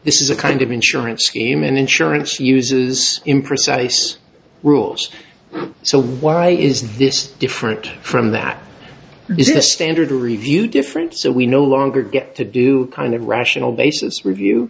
this is a kind of insurance scheme an insurance uses imprecise rules so why is this different from that is the standard review different so we no longer get to do kind of rational basis review